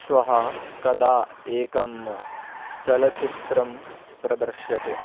श्वः कदा एकं चलचित्रं प्रदर्श्यते